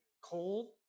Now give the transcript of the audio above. cold